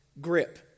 grip